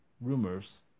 rumors